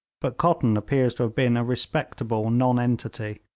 but cotton appears to have been a respectable nonentity.